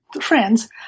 friends